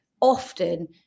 often